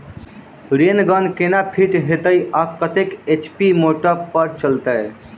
Rain gun केना fit हेतइ आ कतेक एच.पी मोटर पर चलतै?